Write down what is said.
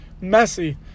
Messy